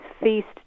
feast